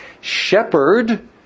shepherd